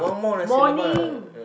morning